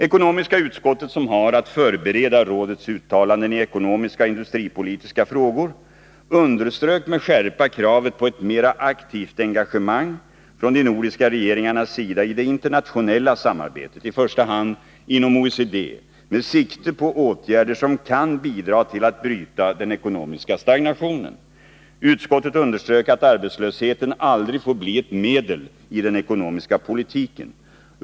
Ekonomiska utskottet, som har att förbereda rådets uttalanden i ekonomiska och industripolitiska frågor, underströk med skärpa kravet på ett mera aktivt engagemang från de nordiska regeringarnas sida i det internationella samarbetet, i första hand inom OECD, med sikte på åtgärder som kan bidra till att bryta den ekonomiska stagnationen. Utskottet underströk att arbetslösheten aldrig får bli ett medel i den ekonomiska politiken.